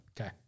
Okay